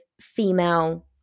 female